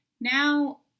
now